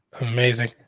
Amazing